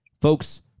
Folks